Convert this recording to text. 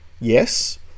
Yes